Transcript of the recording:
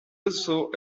also